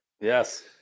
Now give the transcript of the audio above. Yes